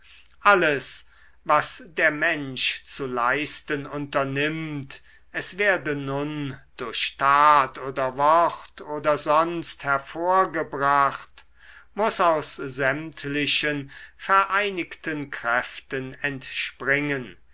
alles was der mensch zu leisten unternimmt es werde nun durch tat oder wort oder sonst hervorgebracht muß aus sämtlichen vereinigten kräften entspringen